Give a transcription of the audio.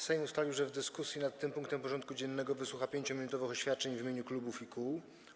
Sejm ustalił, że w dyskusji nad tym punktem porządku dziennego wysłucha 5-minutowych oświadczeń w imieniu klubów i kół.